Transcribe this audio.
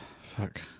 Fuck